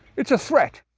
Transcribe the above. it's a threat.